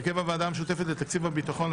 הרכב הוועדה המשותפת לתקציב הביטחון,